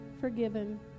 forgiven